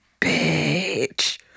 Bitch